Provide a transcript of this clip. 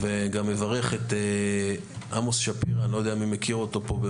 וגם מברך את עמוס שפירא אני לא יודע מי מכיר אותו פה,